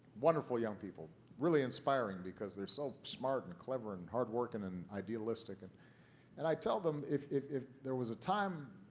wonderful young people, really inspiring because they're so smart and clever and hardworking and idealistic. and and i tell them, if if there was a time